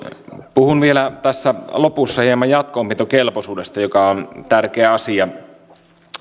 puhun vielä tässä lopussa hieman jatko opintokelpoisuudesta joka on tärkeä asia